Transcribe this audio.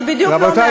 אני בדיוק לא מערבבת.